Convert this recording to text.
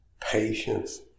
patience